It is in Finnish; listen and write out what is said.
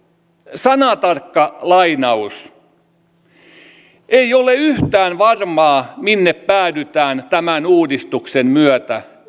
sanatarkka lainaus ei ole yhtään varmaa minne päädytään tämän uudistuksen myötä